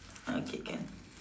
okay can